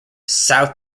south